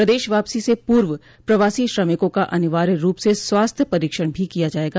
प्रदेश वापसी से पूर्व प्रवासी श्रमिकों का अनिवार्य रूप से स्वास्थ्य परीक्षण भी किया जायेगा